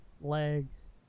legs